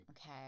okay